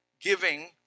giving